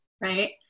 right